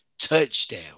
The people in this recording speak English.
touchdown